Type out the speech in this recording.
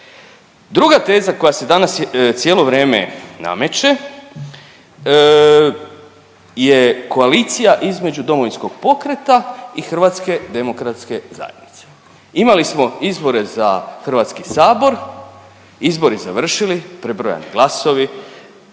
Druga teza koja se danas cijelo vrijeme nameće je koalicija između Domovinskog pokreta i HDZ-a. Imali smo izbore za HS, izbori završili, prebrojani glasovi,